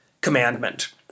commandment